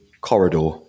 corridor